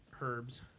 Herbs